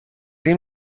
این